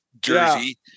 jersey